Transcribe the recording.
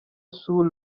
sue